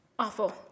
Awful